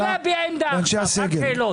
לא להביע עמדה עכשיו, רק שאלות.